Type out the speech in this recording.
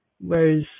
whereas